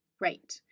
Right